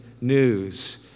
news